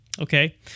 okay